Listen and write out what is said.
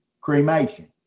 cremation